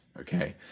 okay